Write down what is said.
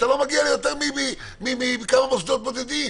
אתה לא מגיע ליותר מכמה מוסדות בודדים.